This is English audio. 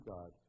God